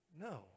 No